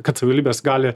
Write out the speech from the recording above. kad savivaldybės gali